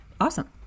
Awesome